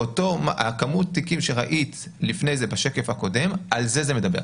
כמות התיקים שראית לפני זה בשקף הקודם עליהם זה מדבר.